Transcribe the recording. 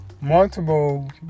multiple